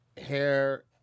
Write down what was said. hair